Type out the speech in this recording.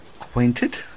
acquainted